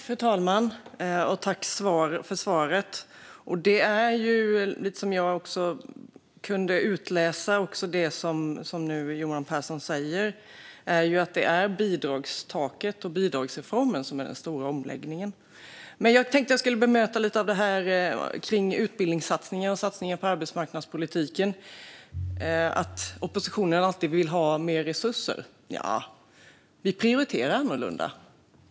Fru talman! Tack, ministern, för svaret! Det är som jag kunde utläsa: bidragstaket och bidragsreformen är den stora omläggningen. Men jag tänkte att jag skulle bemöta detta med utbildningssatsningar och satsningar på arbetsmarknadspolitiken och att oppositionen alltid vill ha mer resurser: Nja, vi prioriterar annorlunda.